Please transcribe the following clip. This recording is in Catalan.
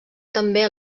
també